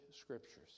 scriptures